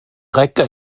räcker